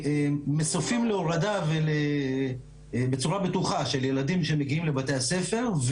מסופים להורדה בצורה בטוחה של ילדים שמגיעים לבתי הספר.